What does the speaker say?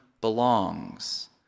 belongs